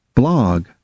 blog